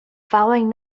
following